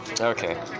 Okay